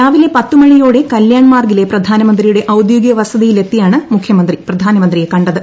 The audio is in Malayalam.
രാവിലെ പത്ത് മണിയോടെ കല്ല്യാൺ മാർഗ്ഗിലെ പ്രധാനമന്ത്രിയുടെ ഔദ്യോഗിക വസതിയിൽ എത്തിയാണ് മുഖ്യമന്ത്രി പ്രധാനമന്ത്രിയെ കണ്ടത്